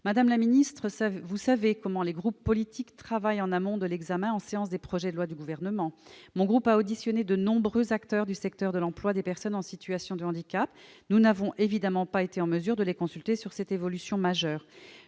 Madame la ministre, vous savez pourtant comment les groupes politiques travaillent en amont de l'examen en séance des projets de loi. Mon groupe a auditionné de nombreux acteurs du secteur de l'emploi des personnes en situation de handicap, mais nous n'avons évidemment pas été en mesure de les consulter sur l'évolution majeure